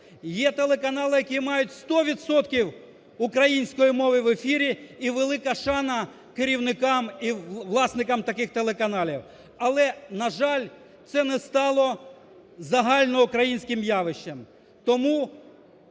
є телеканали, які мають сто відсотків української мови в ефірі і велика шана керівникам і власникам таких телеканалів. Але, на жаль, це не стало загальноукраїнським явищем.